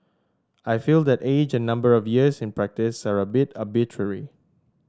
I feel that age and number of years in practice are a bit arbitrary